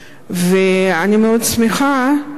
ואני מאוד שמחה שכאן